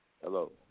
Hello